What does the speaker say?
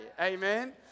Amen